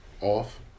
off